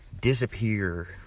disappear